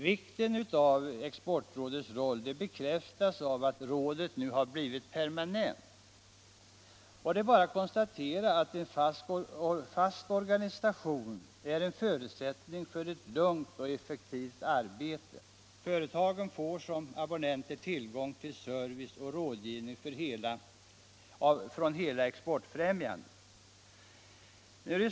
Vikten av Exportrådets roll bekräftas av att rådet nu har blivit permanent. Det är bara att konstatera att en fast organisation är en förutsättning för ett lugnt och effektivt arbete. Företagen får som abonnenter tillgång till service och rådgivning från hela exportfrämjandet.